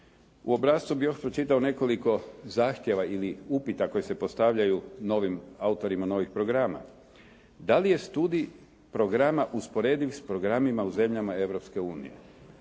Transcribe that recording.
U obrascu bih još pročitao nekoliko zahtjeva ili upita koji se postavljaju novim autorima novih programa. Da li je studij programa usporediv s programima u zemljama